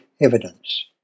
evidence